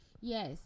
Yes